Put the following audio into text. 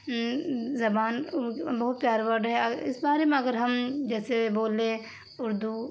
زبان بہت پیارا ورڈ ہے اس بارے میں اگرہم جیسے بولے اردو